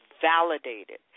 validated